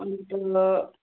अन्त